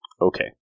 Okay